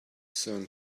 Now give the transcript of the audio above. sun